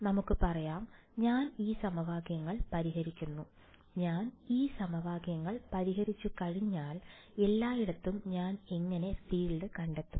നമുക്ക് പറയാം ഞാൻ ഈ സമവാക്യങ്ങൾ പരിഹരിക്കുന്നു ഞാൻ ഈ സമവാക്യങ്ങൾ പരിഹരിച്ചുകഴിഞ്ഞാൽ എല്ലായിടത്തും ഞാൻ എങ്ങനെ ഫീൽഡ് കണ്ടെത്തും